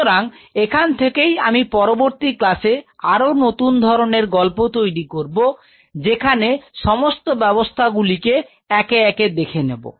সুতরাং এখান থেকেই আমি পরবর্তী ক্লাসে আরো নতুন ধরনের গল্প তৈরি করব যেখানে সমস্ত ব্যবস্থা গুলি কে একে একে দেখে নেব